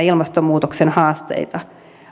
ilmastonmuutoksen haasteita